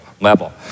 level